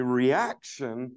reaction